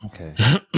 Okay